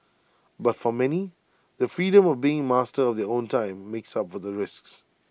but for many the freedom of being master of their own time makes up for the risks